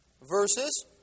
verses